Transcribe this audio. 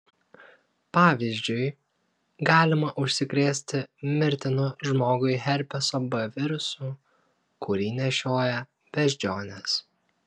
pavyzdžiui galima užsikrėsti mirtinu žmogui herpeso b virusu kurį nešioja beždžionės